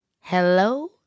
Hello